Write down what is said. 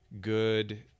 good